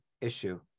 issue